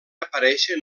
apareixen